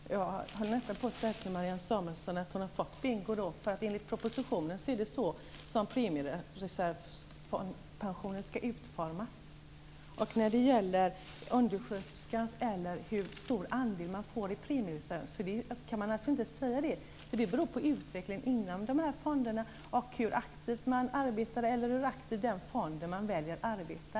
Fru talman! Jag höll nästan på att säga till Marianne Samuelsson att hon fått bingo. Enligt propositionen är det så premiereservspensionen skall utformas. Om undersköterskan och storleken på den andel i premiereserv som man får går det inte att uttala sig. Det beror ju på utvecklingen i de här fonderna och på hur aktivt man arbetar eller hur aktivt den fond arbetar som man väljer.